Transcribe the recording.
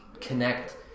connect